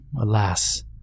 alas